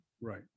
right